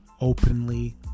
openly